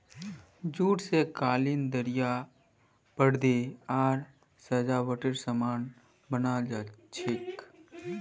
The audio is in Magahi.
जूट स कालीन दरियाँ परदे आर सजावटेर सामान बनाल जा छेक